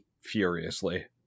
furiously